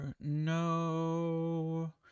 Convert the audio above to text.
No